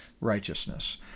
righteousness